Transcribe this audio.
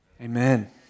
Amen